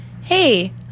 hey